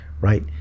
right